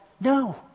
No